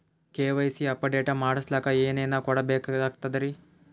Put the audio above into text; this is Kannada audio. ಕೆ.ವೈ.ಸಿ ಅಪಡೇಟ ಮಾಡಸ್ಲಕ ಏನೇನ ಕೊಡಬೇಕಾಗ್ತದ್ರಿ?